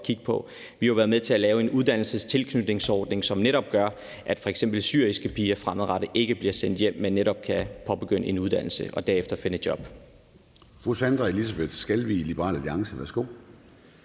kigge på. Vi har jo været med til at lave en uddannelsestilkytningsordning, som netop gør, at f.eks. syriske piger fremadrettet ikke bliver sendt hjem, men at de netop kan påbegynde en uddannelse og derefter finde et job.